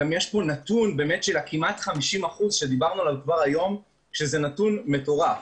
וגם יש פה נתון של כ-150% שדיברנו עליו כבר היום שזה נתון מטורף.